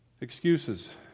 excuses